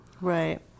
right